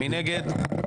מי נגד?